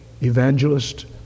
evangelist